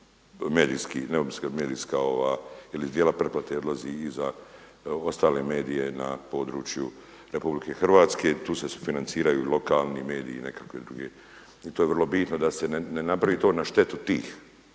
pretplate neovisne medijska ova ili dijela preplate odlazi i za ostale medije na području Republike Hrvatske. Tu se financiraju i lokalni mediji i nekakve druge. I tu je vrlo bitno da se ne napravi to na štetu tih,